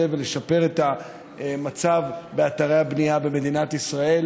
ולשפר את המצב באתרי הבנייה במדינת ישראל,